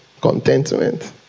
Contentment